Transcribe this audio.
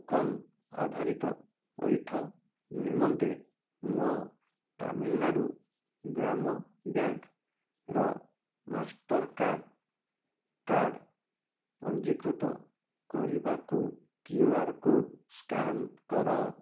token ଆଧାରିତ ପଇଠ ନିମନ୍ତେ ମୋ ତାମିଲନାଡ଼ୁ ଗ୍ରାମ ବ୍ୟାଙ୍କ୍ର ମାଷ୍ଟର୍କାର୍ଡ଼୍ କାର୍ଡ଼ ପଞ୍ଜୀକୃତ କରିବାକୁ କ୍ୟୁ ଆର କୋଡ଼ ସ୍କାନ କର